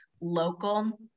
local